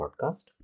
Podcast